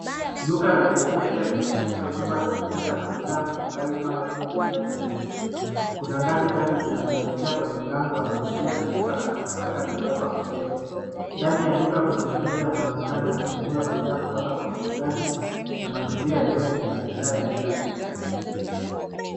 Duka la reja reja linaonyesha huduma za mpesa na bidhaa mbali mbali kama vile vinywaji baridi. Kuna ngazi tatu zinazoelekea kwenye mlango wa kuingia na pita la takataka limewekwa pembeni. Ndani ya duka Kuna mteja anaonekana akinunua bidhaa kutoka Kwa muuzaji na mazingira yenyewe ni biashara ya Kila siku.